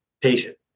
patient